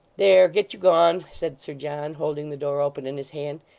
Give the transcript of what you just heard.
there get you gone said sir john, holding the door open in his hand.